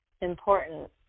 important